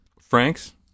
Frank's